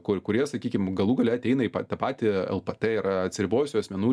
kur kurie sakykim galų gale ateina į pa tą patį ltp yra atsiribojusių asmenų